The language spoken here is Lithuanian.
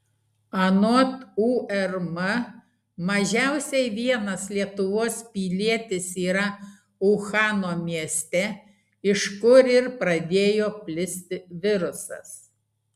anot urm mažiausiai vienas lietuvos pilietis yra uhano mieste iš kur ir pradėjo plisti virusas